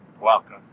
welcome